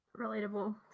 Relatable